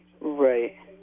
Right